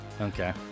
Okay